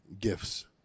gifts